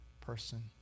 person